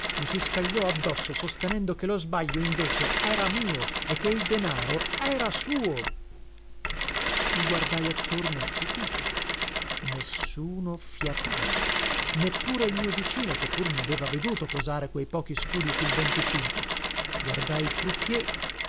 mi si scagliò addosso sostenendo che lo sbaglio invece era mio e che il denaro era suo i guardai attorno stupito nessuno fiatava neppure il mio vicino che pur mi aveva veduto posare quei pochi scudi sul venticinque guardai